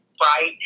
right